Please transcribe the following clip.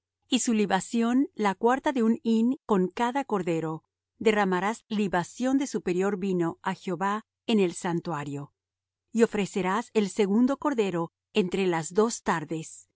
y su libación la cuarta de un hin con cada cordero derramarás libación de superior vino á jehová en el santuario y ofrecerás el segundo cordero entre las dos tardes